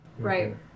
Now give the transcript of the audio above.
Right